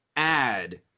Add